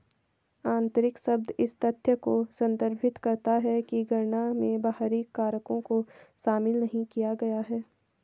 आंतरिक शब्द इस तथ्य को संदर्भित करता है कि गणना में बाहरी कारकों को शामिल नहीं किया गया है